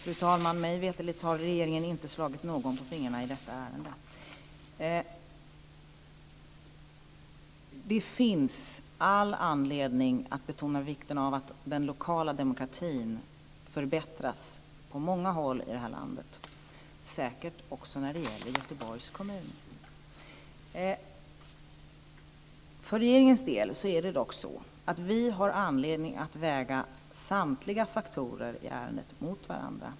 Fru talman! Mig veterligt har regeringen inte slagit någon på fingrarna i detta ärende. Det finns all anledning att betona vikten av att den lokala demokratin förbättras på många håll i landet, säkert också när det gäller Göteborgs kommun. Vi i regeringen har dock anledning att väga samtliga faktorer i ärendet mot varandra.